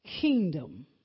kingdom